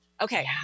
okay